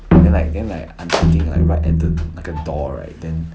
then like then like you can like if I enter 那个 door right then